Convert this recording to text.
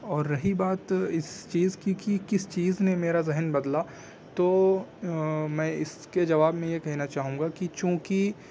اور رہی بات اس چیز کی کہ کس چیز نے میرا ذہن بدلا تو میں اس کے جواب میں یہ کہنا چاہوں گا کہ چونکہ